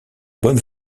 bonne